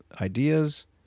ideas